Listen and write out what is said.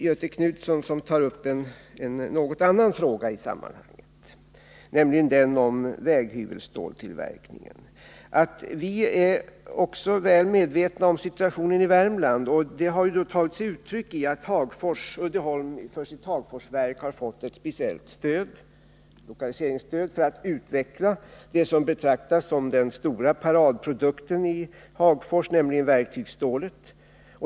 Göthe Knutson tar upp en något annorlunda fråga, nämligen om väghyvelstålstillverkningen. Vi är också väl medvetna om situationen i Värmland. Det har tagit sig uttryck i att Uddeholm för sitt Hagforsverk har fått ett speciellt lokaliseringsstöd för att utveckla vad som betraktas som den stora paradprodukten i Hagfors, nämligen verktygsstålet.